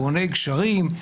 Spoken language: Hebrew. בוני גשרים,